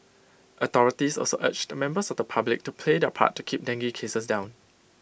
authorities also urged members of the public to play their part to keep dengue cases down